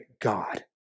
God